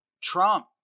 Trump